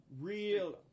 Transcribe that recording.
Real